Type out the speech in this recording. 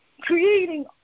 creating